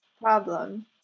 problem